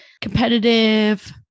competitive